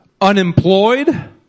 unemployed